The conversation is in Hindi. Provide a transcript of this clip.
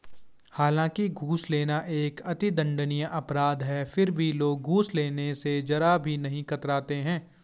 हालांकि घूस लेना एक अति दंडनीय अपराध है फिर भी लोग घूस लेने स जरा भी कतराते नहीं है